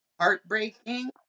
heartbreaking